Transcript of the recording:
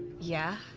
yeah.